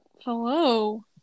Hello